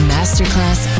Masterclass